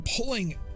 pulling